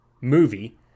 movie